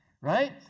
right